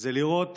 זה לראות